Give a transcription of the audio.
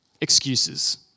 excuses